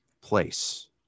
place